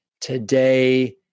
today